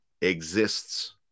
exists